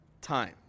time